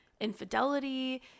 infidelity